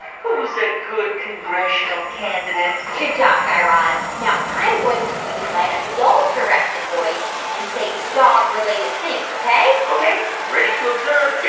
who's a good congressional candidate? good job, guy raz. now, i'm going to use my adult-directed voice and say dog-related things, ok? ok, i'm ready to observe